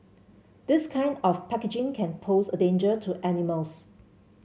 this kind of packaging can pose a danger to animals